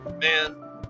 Man